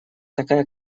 такая